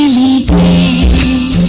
ah e e